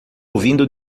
ouvindo